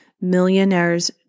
Millionaires